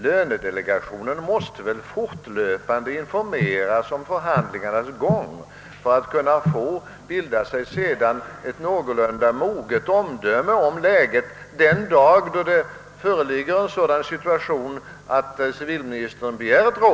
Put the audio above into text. Lönedelegationen måste väl informeras om förhandlingarnas gång för att kunna bilda sig ett någorlunda moget omdöme om läget den dag då det föreligger en sådan situation att civilministern begär ett råd.